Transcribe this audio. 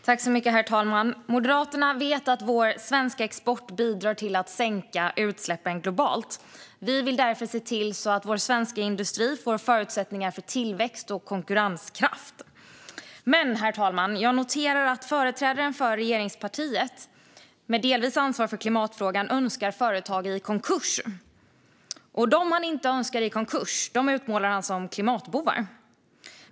Herr talman! Moderaterna vet att vår svenska export bidrar till att sänka utsläppen globalt. Vi vill därför se till att vår svenska industri får förutsättningar för tillväxt och konkurrenskraft. Herr talman! Jag noterar att en företrädare för ett av regeringspartierna, som delvis är ansvarigt för klimatfrågan, önskar företag i konkurs, och dem han inte önskar i konkurs utmålar han som klimatbovar.